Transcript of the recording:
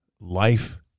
life